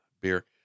beer